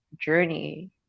journey